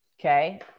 okay